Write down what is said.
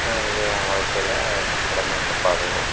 இது என் வாழ்க்கையில் கடந்து வந்த பாதைகள்